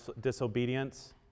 disobedience